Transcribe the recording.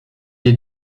est